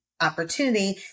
opportunity